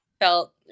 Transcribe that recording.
Felt